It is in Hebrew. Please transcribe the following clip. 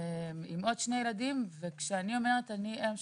עם עוד שני ילדים, וכשאני אומרת שאני אם שכולה,